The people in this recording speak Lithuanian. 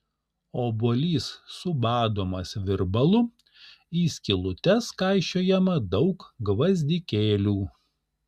obuolys subadomas virbalu į skylutes kaišiojama daug gvazdikėlių